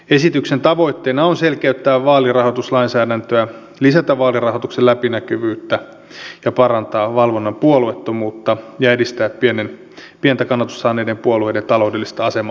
esityksen tavoitteena on selkeyttää vaalirahoituslainsäädäntöä lisätä vaalirahoituksen läpinäkyvyyttä parantaa valvonnan puolueettomuutta ja edistää pientä kannatusta saaneiden puolueiden taloudellista asemaa